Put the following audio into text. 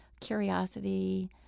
curiosity